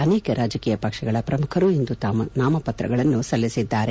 ಅನೇಕ ರಾಜಕೀಯ ಪಕ್ಷಗಳ ಪ್ರಮುಖರು ಇಂದು ತಮ್ಮ ನಾಮಪ್ರತ್ರಗಳನ್ನು ಸಲ್ಲಿಸಿದ್ದಾರೆ